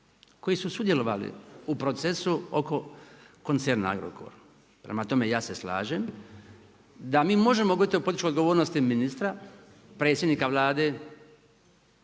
koji su sudjelovali u procesu oko koncerna Agrokor. Prema tome, ja se slažem da mi možemo govoriti o političkoj odgovornosti ministra, predsjednika Vlade,